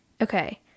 okay